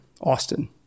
Austin